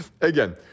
again